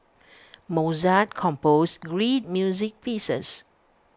Mozart composed great music pieces